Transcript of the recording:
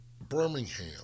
Birmingham